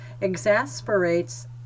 exasperates